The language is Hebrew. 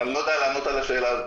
אני לא יודע לענות על השאלה הזאת.